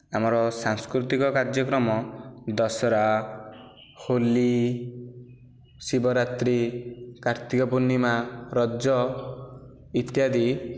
ଆମର ସାଂସ୍କୃତିକ କାର୍ଯ୍ୟକ୍ରମ ଦଶହରା ହୋଲି ଶିବରାତ୍ରି କାର୍ତ୍ତିକ ପୁର୍ଣ୍ଣିମା ରଜ ଇତ୍ୟାଦି